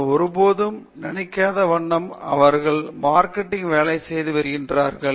நான் ஒருபோதும் நினைகாத வண்ணம் அவர்கள் மார்க்கெட்டிங் வேலை செய்து வருகின்றனர்